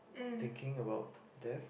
thinking about death